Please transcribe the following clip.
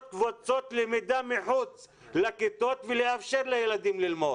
לקבוצות למידה מחוץ לכיתות ולאפשר לילדים ללמוד?